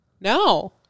No